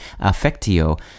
affectio